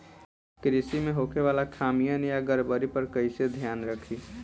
कृषि में होखे वाला खामियन या गड़बड़ी पर कइसे ध्यान रखि?